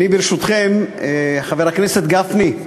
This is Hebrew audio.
חבר הכנסת גפני,